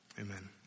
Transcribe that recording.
Amen